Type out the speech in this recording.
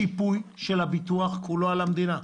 כל השיפוי של הביטוח על המדינה,